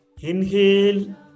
Inhale